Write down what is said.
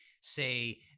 say